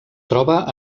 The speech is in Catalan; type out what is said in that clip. troba